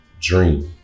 dream